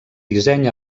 disseny